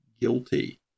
guilty